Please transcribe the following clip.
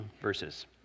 verses